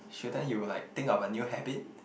shouldn't you like think of a new habit